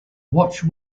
watch